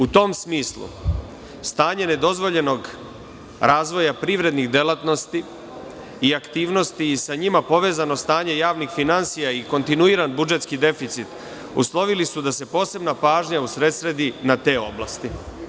U tom smislu stanje nedozvoljenog razvoja privrednih delatnosti i aktivnosti i sa njima povezano stanje javnih finansija, i kontinuiran budžetski deficit uslovili su da se posebna pažnja usredsredi na te oblasti.